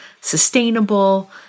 sustainable